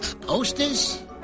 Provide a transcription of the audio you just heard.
posters